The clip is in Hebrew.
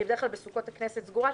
כי בדרך כלל בסוכות הכנסת סגורה.